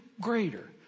greater